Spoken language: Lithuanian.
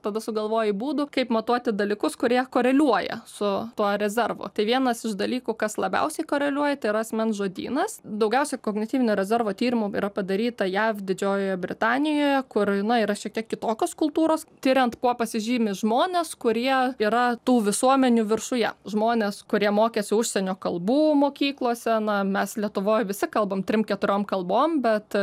tada sugalvoji būdų kaip matuoti dalykus kurie koreliuoja su tuo rezervu tai vienas iš dalykų kas labiausiai koreliuoja tai yra asmens žodynas daugiausia kognityvinio rezervo tyrimų yra padaryta jav didžiojoje britanijoje kur na yra šiek tiek kitokios kultūros tiriant kuo pasižymi žmonės kurie yra tų visuomenių viršuje žmonės kurie mokėsi užsienio kalbų mokyklose na mes lietuvoj visi kalbam trim keturiom kalbom bet